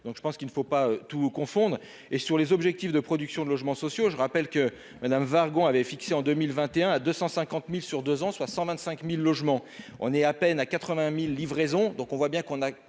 donc je pense qu'il ne faut pas tout confondre et sur les objectifs de production de logements sociaux, je rappelle que Madame wagon avait fixé en 2021 à 250000 sur 2 ans, soit 125000 logements, on est à peine à 80000 livraisons, donc on voit bien qu'on a